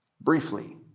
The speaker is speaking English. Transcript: Briefly